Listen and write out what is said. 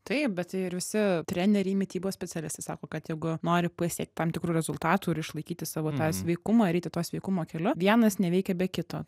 taip bet ir visi treneriai mitybos specialistai sako kad jeigu nori pasiekt tam tikrų rezultatų ir išlaikyti savo tą sveikumą ir eiti tuo sveikumo keliu vienas neveikia be kito